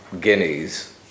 guineas